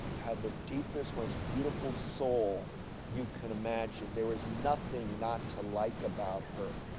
had the deepest most beautiful soul you could imagine. there was nothing not to like about her.